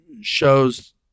shows